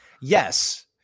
Yes